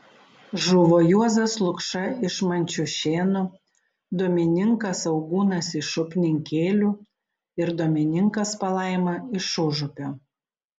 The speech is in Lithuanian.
žuvo juozas lukša iš mančiušėnų domininkas augūnas iš upninkėlių ir domininkas palaima iš užupio